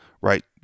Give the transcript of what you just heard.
right